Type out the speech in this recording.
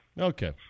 Okay